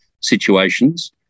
situations